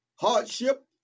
hardship